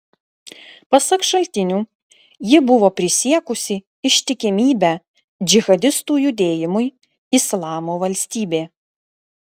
pasak šaltinių ji buvo prisiekusi ištikimybę džihadistų judėjimui islamo valstybė